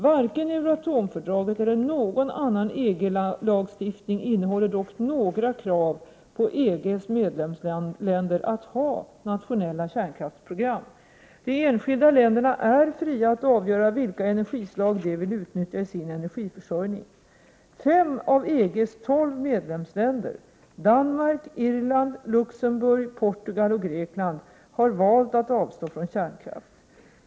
Varken Euratom-fördraget eller någon annan EG-lagstiftning innehåller dock några krav på EG:s medlemsländer att ha nationella kärnkraftsprogram. De enskilda länderna är fria att avgöra vilka energislag de vill utnyttja i sin energiförsörjning. Fem av EG:s tolv medlemsländer, Danmark, Irland, Luxemburg, Portugal och Grekland, har valt att avstå från kärnkraft.